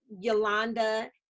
Yolanda